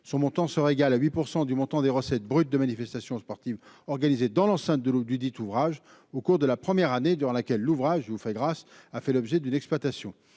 son montant sera égal à 8 % du montant des recettes brutes de manifestations sportives organisées dans l'enceinte de l'eau du dit ouvrage au cours de la première année durant laquelle l'ouvrage je vous fais grâce a fait l'objet d'une exploitation